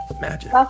magic